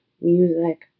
music